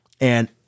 And-